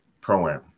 pro-am